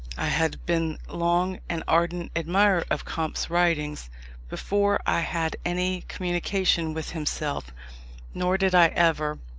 i had been long an ardent admirer of comte's writings before i had any communication with himself nor did i ever,